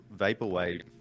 vaporwave